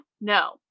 No